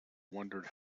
wondered